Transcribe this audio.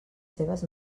seves